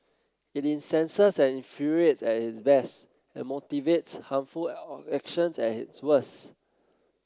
it incenses and infuriates at its best and motivates harmful actions at its worst